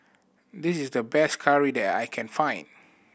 this is the best curry that I can find